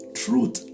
Truth